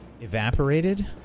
evaporated